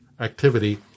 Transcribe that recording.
activity